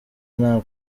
nta